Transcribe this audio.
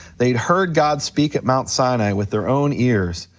they'd heard god speak at mount sinai with their own ears,